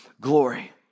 glory